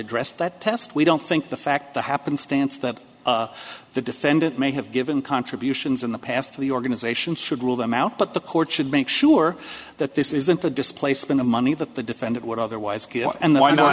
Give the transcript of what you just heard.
address that test we don't think the fact the happenstance that the defendant may have given contributions in the past to the organization should rule them out but the courts should make sure that this isn't the displacement of money that the defendant would otherwise